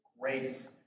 grace